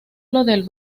del